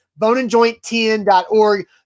boneandjointtn.org